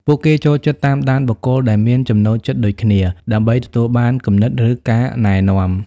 ពួកគេចូលចិត្តតាមដានបុគ្គលដែលមានចំណូលចិត្តដូចគ្នា ដើម្បីទទួលបានគំនិត ឬការណែនាំ។